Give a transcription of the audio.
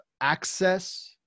access